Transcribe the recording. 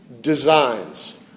designs